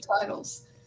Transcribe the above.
titles